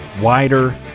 wider